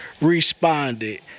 responded